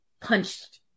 punched